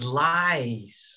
lies